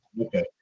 okay